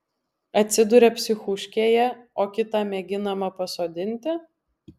atsiduria psichuškėje o kitą mėginama pasodinti